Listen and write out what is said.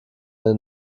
eine